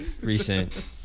recent